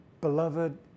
Beloved